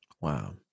wow